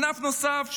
ענף נוסף,